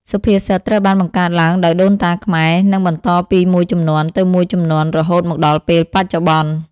សុភាសិតត្រូវបានបង្កើតឡើងដោយដូនតាខ្មែរ និងបន្តពីមួយជំនាន់ទៅមួយជំនាន់រហូតមកដល់ពេលបច្ចុប្បន្ន។